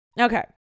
okay